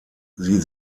sie